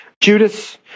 Judas